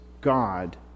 God